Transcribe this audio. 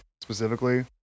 specifically